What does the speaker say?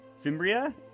Fimbria